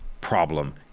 problem